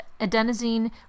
adenosine